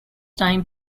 time